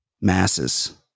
masses